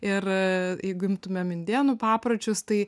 ir jeigu imtumėm indėnų papročius tai